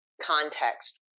context